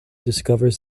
discovers